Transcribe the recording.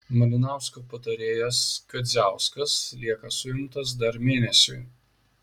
malinausko patarėjas kadziauskas lieka suimtas dar mėnesiui